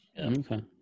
okay